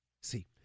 See